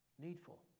needful